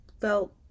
felt